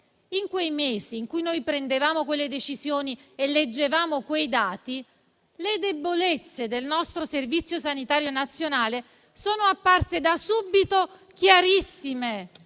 In quei mesi, in cui noi prendevamo quelle decisioni e leggevamo quei dati, le debolezze del nostro Servizio sanitario nazionale sono apparse da subito chiarissime.